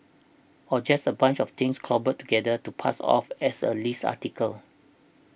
or just a bunch of things cobbled together to pass off as a list article